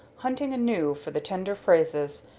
hunting anew for the tender phrases,